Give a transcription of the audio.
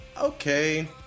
okay